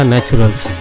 Naturals